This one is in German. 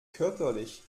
körperlich